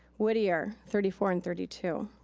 whittier, thirty four and thirty two.